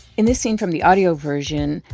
in this scene from the audio version,